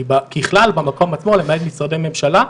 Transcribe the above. היא ככלל במקום עצמו למעט משרדי ממשלה,